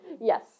Yes